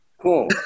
Cool